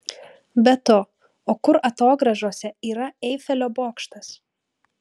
be to o kur atogrąžose yra eifelio bokštas